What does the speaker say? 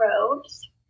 robes